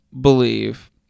believe